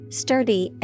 sturdy